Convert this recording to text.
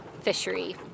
fishery